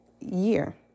year